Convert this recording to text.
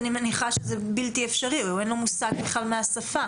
אני מניחה שזה בלתי אפשרי כי אין לו מושג בשפה.